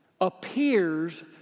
appears